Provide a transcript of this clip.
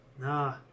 Nah